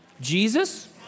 Jesus